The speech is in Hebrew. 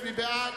מי בעד,